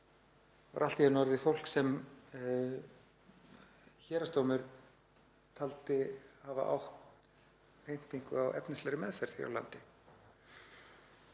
er allt í einu orðið fólk sem héraðsdómur taldi hafa átt heimtingu á efnislegri meðferð hér á landi.